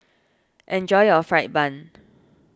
enjoy your Fried Bun